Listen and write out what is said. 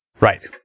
Right